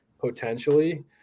Potentially